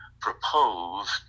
proposed